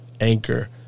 Anchor